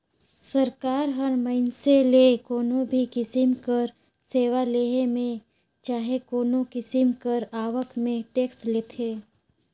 सरकार ह मइनसे ले कोनो भी किसिम कर सेवा लेहे में चहे कोनो किसिम कर आवक में टेक्स लेथे